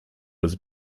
was